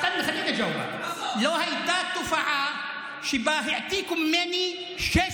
תן לי לענות לך.) לא הייתה תופעה שבה העתיקו ממני 16